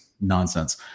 nonsense